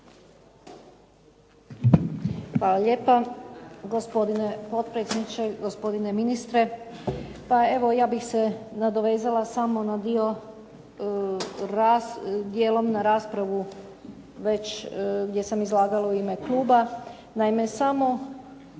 Hvala lijepo. Gospodine potpredsjedniče, gospodine ministre. Pa evo ja bih se nadovezala samo na dio dijelom na raspravu gdje sam izlagala u ime kluba. Naime samo